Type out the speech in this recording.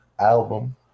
album